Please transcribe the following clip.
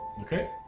Okay